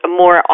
more